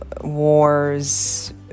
wars